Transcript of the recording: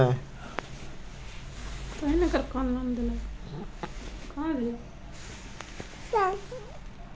हमरा प्रधानमंत्री योजना के लाभ मिलते की ने?